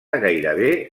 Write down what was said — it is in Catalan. gairebé